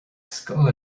scoil